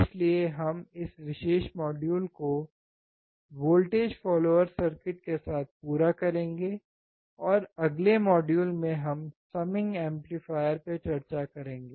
इसलिए हम इस विशेष मॉड्यूल को वोल्टेज फॉलोअर सर्किट के साथ पूरा करेंगे और अगले मॉड्यूल में हम समिंग एम्पलीफायर पर चर्चा करेंगे